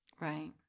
Right